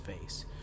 face